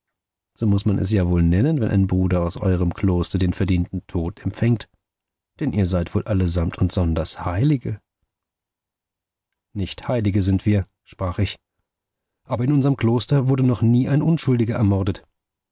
so muß man ja wohl es nennen wenn ein bruder aus euerm kloster den verdienten tod empfängt denn ihr seid wohl alle samt und sonders heilige nicht heilige sind wir sprach ich aber in unserm kloster wurde noch nie ein unschuldiger ermordet